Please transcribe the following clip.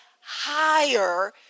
higher